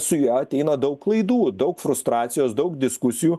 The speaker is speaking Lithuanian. su juo ateina daug klaidų daug frustracijos daug diskusijų